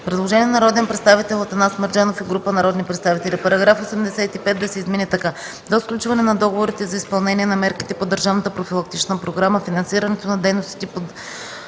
Предложение на народния представител Атанас Мерджанов и група народни представители –§ 85 да се измени така: „§ 85. До сключване на договорите за изпълнение на мерките по държавната профилактична програма финансирането на дейностите по